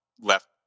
left